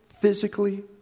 physically